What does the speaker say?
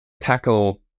tackle